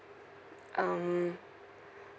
um